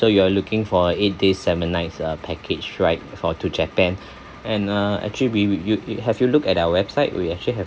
so you are looking for a eight days seven nights uh package right for to japan and uh actually we wil~ yo~ it have you look at our website we actually have